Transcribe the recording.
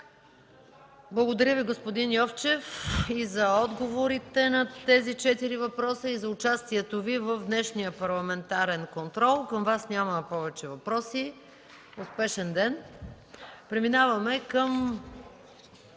Благодаря Ви, господин Йовчев и за отговорите на тези четири въпроса и за участието Ви в днешния Парламентарен контрол. Към Вас няма повече въпроси. Успешен ден! Преминаваме към